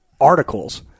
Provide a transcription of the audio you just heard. articles